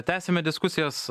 tęsiame diskusijas